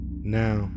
Now